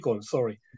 sorry